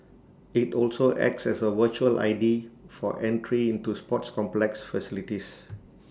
IT also acts as A virtual I D for entry into sports complex facilities